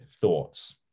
thoughts